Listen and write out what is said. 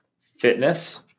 Fitness